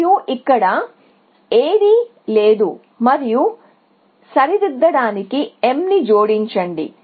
మరియు ఇక్కడ ఏదీ లేదు మరియు సరిదిద్దడానికి m ని జోడించండి